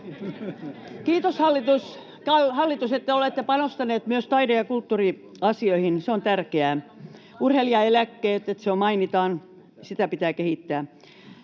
Kiitos, hallitus, että te olette panostaneet myös taide- ja kulttuuriasioihin, se on tärkeää. Urheilijaeläkkeet mainitaan, sitä pitää kehittää.